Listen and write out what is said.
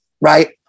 right